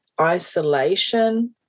isolation